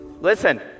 Listen